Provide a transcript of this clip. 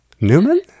Newman